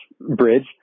bridge